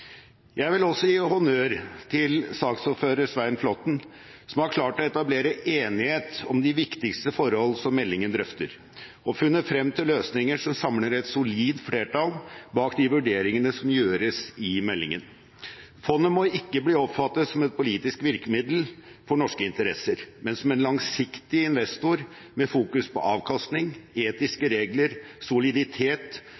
Jeg vil gi honnør til saksordfører Svein Flåtten, som har klart å etablere enighet om de viktigste forhold som meldingen drøfter, og funnet frem til løsninger som samler et solid flertall bak de vurderingene som gjøres i meldingen. Fondet må ikke bli oppfattet som et politisk virkemiddel for norske interesser, men som en langsiktig investor med fokus på avkastning,